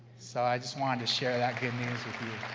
so, i just wanted to share that good news with you.